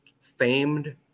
famed